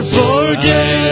forget